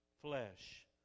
flesh